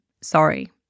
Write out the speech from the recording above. Sorry